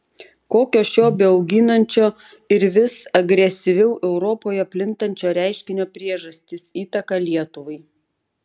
kokios šio bauginančio ir vis agresyviau europoje plintančio reiškinio priežastys įtaka lietuvai